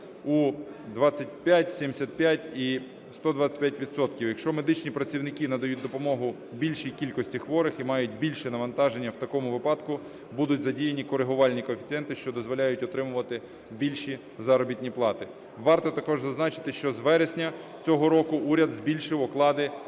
у 25, 75 і 125 відсотків. Якщо медичні працівники надають допомогу більшій кількості хворих і мають більше навантаження, в такому випадку будуть задіяні корегувальні коефіцієнти, що дозволяють отримувати більші заробітні плати. Варто також зазначити, що з вересня цього року уряд збільшив оклади